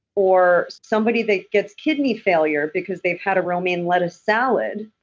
or somebody that gets kidney failure because they've had a romaine lettuce salad,